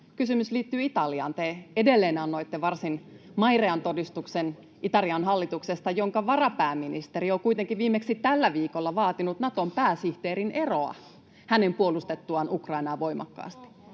kysymys liittyy Italiaan. Te edelleen annoitte varsin mairean todistuksen Italian hallituksesta, jonka varapääministeri on kuitenkin viimeksi tällä viikolla vaatinut Naton pääsihteerin eroa hänen puolustettuaan Ukrainaa voimakkaasti.